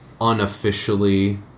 unofficially